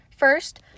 First